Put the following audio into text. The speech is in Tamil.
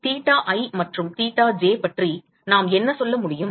தீட்டா i மற்றும் தீட்டா j பற்றி நாம் என்ன சொல்ல முடியும்